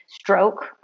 stroke